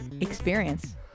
experience